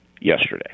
yesterday